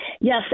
Yes